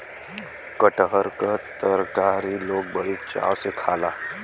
कटहर क तरकारी लोग बड़ी चाव से खाला